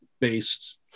based